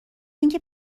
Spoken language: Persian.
اینکه